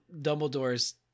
Dumbledore's